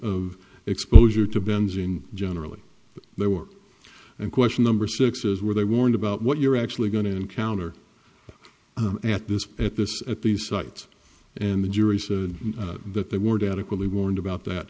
of exposure to benzene generally they work and question number six is where they warned about what you're actually going to encounter at this at this at these sites and the jury said that they weren't adequately warned about that